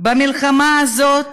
במלחמה הזאת